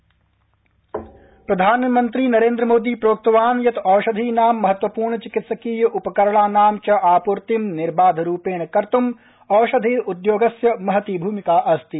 प्रधानमंत्री औषधि प्रधानमन्त्री नरेन्द्र मोदी प्रोक्तवान् यत् औषधीनां महत्त्वपूर्ण चिकित्सकीय उपकरणानां च आपूर्ति निर्वाधरूपेण कर्तु औषधि उद्योगस्य महती भूमिका अस्ति